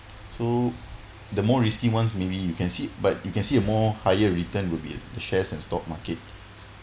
so the more risky ones maybe you can see but you can see a more higher return will be the shares and stock market